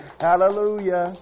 Hallelujah